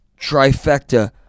trifecta